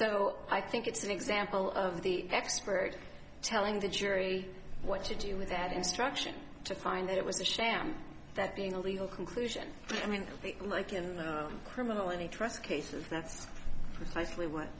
so i think it's an example of the expert telling the jury what to do with that instruction to find that it was a sham that being a legal conclusion i mean like in criminal any trust cases that